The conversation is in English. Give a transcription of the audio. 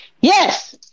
Yes